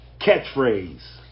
Catchphrase